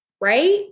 Right